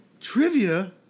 trivia